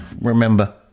remember